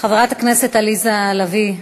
חברת הכנסת עליזה לביא,